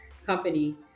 Company